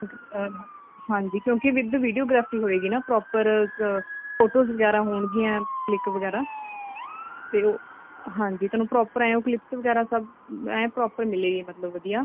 ਹਾਂਜੀ ਕਿਉਂਕਿ with videography ਹੋਏਗੀ ਨਾ ਪਰੋਪਰ ਫੋਟੋਜ਼ ਵਗੈਰਾ ਹੋਣਗੀਆਂ ਕਲਿੱਕ ਵਗੈਰਾ ਅਤੇ ਉਹ ਹਾਂਜੀ ਤੁਹਾਨੂੰ ਪਰੋਪਰ ਐਂ ਉਹ ਕਲਿਪਸ ਵਗੈਰਾ ਸਭ ਐਨ ਪਰੋਪਰ ਮਿਲੇਗੀ ਮਤਲਬ ਵਧੀਆ